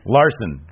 Larson